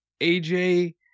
AJ